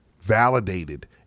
validated